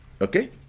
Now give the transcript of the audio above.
okay